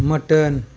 mutton